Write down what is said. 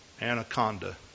anaconda